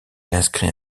inscrit